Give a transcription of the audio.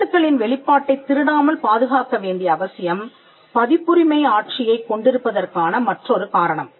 கருத்துக்களின் வெளிப்பாட்டைத் திருடாமல் பாதுகாக்க வேண்டிய அவசியம் பதிப்புரிமை ஆட்சியைக் கொண்டிருப்பதற்கான மற்றொரு காரணம்